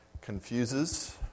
confuses